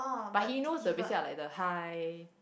but he knows the basic ah like the hi